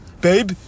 babe